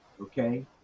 okay